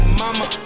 mama